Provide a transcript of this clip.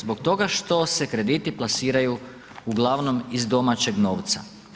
Zbog toga što se krediti plasiraju uglavnom iz domaćeg novca.